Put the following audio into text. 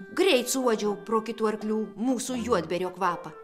greit suuodžiau pro kitų arklių mūsų juodbėrio kvapą